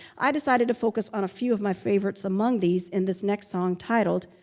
i decided to focus on a few of my favorites among these in this next song, titled,